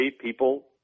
people